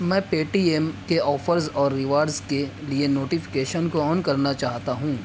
میں Paytm کے offers اور ریوارڈز کے لیےنوٹیفیکیشن کو آن کرنا چاہتا ہوں